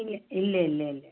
ഇല്ല ഇല്ലില്ലില്ല